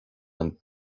and